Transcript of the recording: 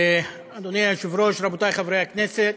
אדוני היושב-ראש, רבותיי חברי הכנסת,